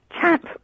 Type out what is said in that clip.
tap